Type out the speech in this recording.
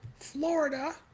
Florida